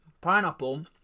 Pineapple